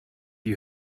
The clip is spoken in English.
you